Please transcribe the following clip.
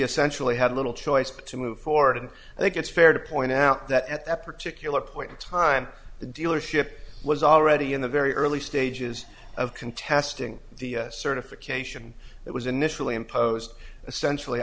essentially had little choice but to move forward and i think it's fair to point out that at that particular point in time the dealership was already in the very early stages of contesting the certification that was initially imposed essentially